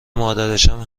مادرشم